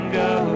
go